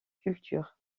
cultures